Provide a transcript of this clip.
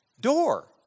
door